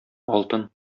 алтын